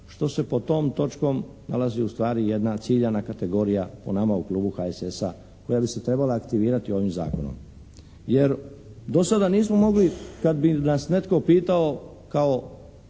što se pod tom točkom nalazi ustvari jedna ciljana kategorija po nama u Klubu HSS-a koja bi se trebala aktivirati ovim zakonom. Jer do sada nismo mogli kad bi nas netko pitao kao